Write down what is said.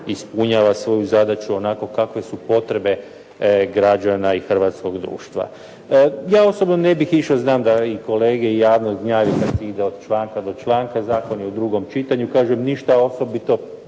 ispunjava svoju zadaću onako kakve su potrebe građana i hrvatskog društva. Ja osobno ne bih išao, znam da i kolege i javnost gnjaviti kada ide od članka do članka. Zakon je u drugom čitanju, kažem ništa osobito